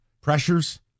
pressures